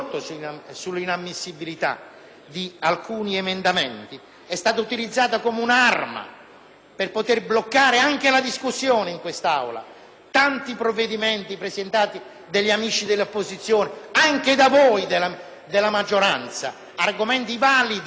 per bloccare anche la discussione in Aula. Tanti provvedimenti presentati dagli amici dell'opposizione, anche da voi della maggioranza: argomenti validi, provvedimenti validissimi, riconosciuti nelle Commissioni sono stati